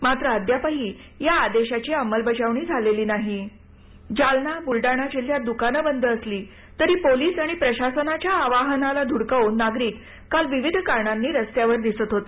मात्र अद्यापही या आदेशाची अंमलबजावणी झालेली नाही जालना बुलडाणा जिल्ह्यात दुकानं बंद असली तरी पोलीस आणि प्रशासनाच्या आवाहनाला धुडकावून नागरिक काल विविध कारणांनी रस्त्यावर दिसत होते